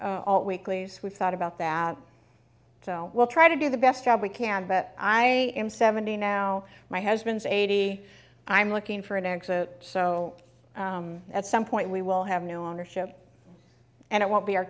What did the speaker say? weeklies we've thought about that so we'll try to do the best job we can but i am seventy now my husband's eighty i'm looking for an exit so at some point we will have new ownership and it won't be our